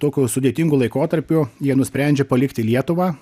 tokiu sudėtingu laikotarpiu jie nusprendžia palikti lietuvą